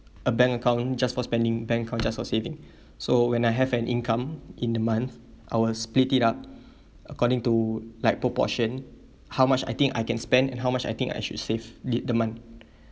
a bank account just for spending bank account just for saving so when I have an income in the month our split it up according to like proportion how much I think I can spend and how much I think I should save lead the month